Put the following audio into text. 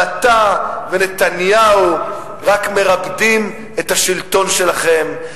אבל אתה ונתניהו רק מרפדים את השלטון שלכם,